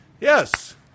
Yes